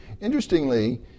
Interestingly